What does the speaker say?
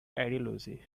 ideology